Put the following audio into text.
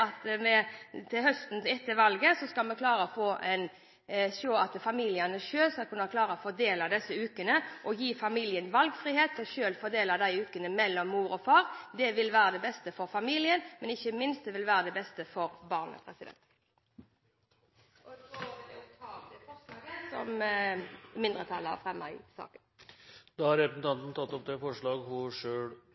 kommet med flere nye uker til far i et likestillingsperspektiv, og det mener Fremskrittspartiet er feil retning å gå. Vi ønsker å slippe familien fri, og håper at vi til høsten etter valget skal klare å få til valgfrihet, slik at familiene selv skal fordele disse ukene mellom mor og far. Det vil være det beste for familien, men ikke minst vil det også være det beste for barna. Så vil jeg ta opp det forslaget som mindretallet har fremmet i innstillingen. Representanten Solveig Horne har tatt opp det